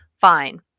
Fine